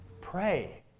Pray